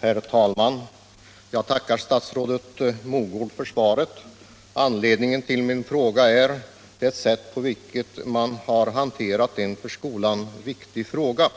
Herr talman! Jag tackar statsrådet Mogård för svaret. Anledningen till min fråga är det sätt på vilket man har hanterat en för skolan viktig sak. Nr 135